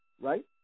right